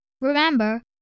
Remember